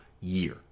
year